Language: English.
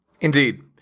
Indeed